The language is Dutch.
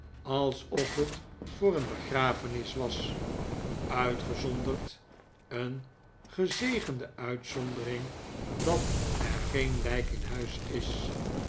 alsof het voor een begrafenis was uitgezonderd een gezegende uitzondering dat er geen lijk in huis is